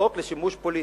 חוק לשימוש פוליטי,